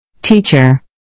Teacher